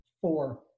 Four